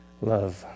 love